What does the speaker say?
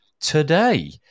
today